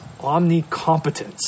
omnicompetence